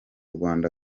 rwanda